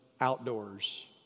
outdoors